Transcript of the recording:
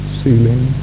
ceiling